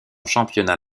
championnat